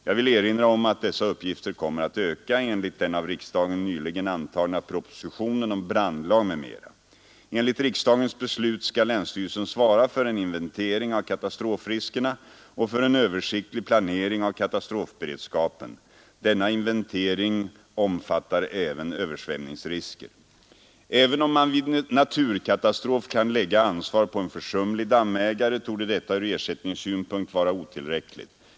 Jag vill erinra om att dessa uppgifter kommer att öka enligt den av riksdagen nyligen antagna propositionen om brandlag m.m. Enligt riksdagens beslut skall länsstyrelsen svara för en inventering av katastrofriskerna och för en översiktlig planering av katastrofberedskapen. Denna inventering omfattar även översvämningsrisker. Även om man vid naturkatastrof kan lägga ansvar på en försumlig dammägare, torde detta ur ersättningssynpunkt vara otillräckligt.